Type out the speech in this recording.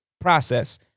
process